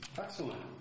Excellent